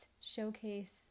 showcase